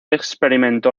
experimentó